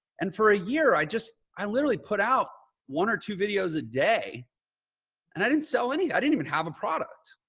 and for a year i just, i literally put out one or two videos a day and i didn't sell any, i didn't even have a product.